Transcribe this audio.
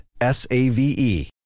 S-A-V-E